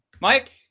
Mike